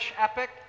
epic